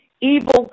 evil